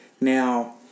Now